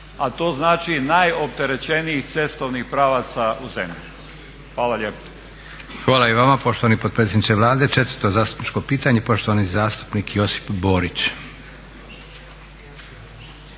a to znači najopterećenijih cestovnih pravaca u zemlji. Hvala lijepo.